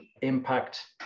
impact